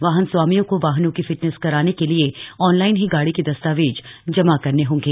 वाहन स्वामियों को वाहनों की फिटनेस कराने के लिए ऑनलाइन ही गाड़ी के दस्तावेज जमा करने होंगे